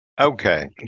Okay